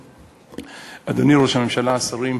אדוני ראש הממשלה, שרים,